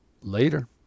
Later